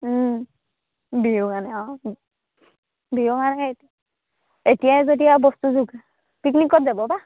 বিহু মানে অঁ বিহু মানে এতিয়াই এতিয়া বস্তু যুগ পিকনিক ক'ত যাব বা